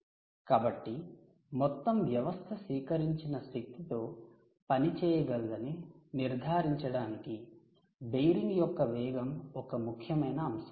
కాబట్టి మొత్తం వ్యవస్థ సేకరించిన శక్తితో పనిచేయగలదని నిర్ధారించడానికి బేరింగ్ యొక్క వేగం ఒక ముఖ్యమైన అంశం